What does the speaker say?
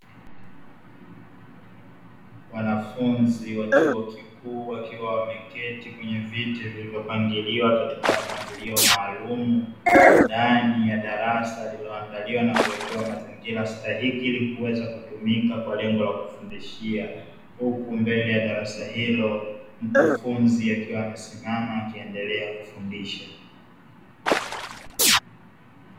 Wanafunzi wa chuo kikuu wakiwa wameketi kwenye viti vilivyopangiliwa katika mpangilio maalumu ndani ya darasa lililoandaliwa na kuwekewa mazingira stahiki, ili kuweza kutumika kwa lengo la kufundishia huku mbele ya darasa hilo mkufunzi akiwa amesimama akiendelea kufundisha.